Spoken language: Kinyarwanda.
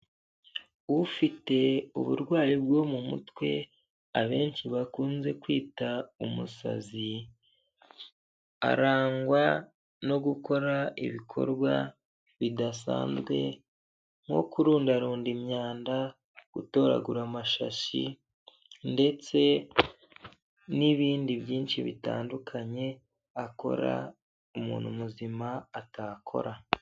Ufite uburwayi bwo mu mutwe abenshi bakunze kwita umusazi, arangwa no gukora ibikorwa bidasanzwe, nko kurundarunda imyanda gutoragura amashashi, ndetse n'ibindi byinshi bitandukanye akora umuntu muzima atakora.